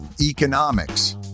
economics